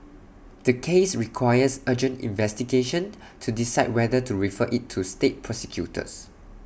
the case requires urgent investigation to decide whether to refer IT to state prosecutors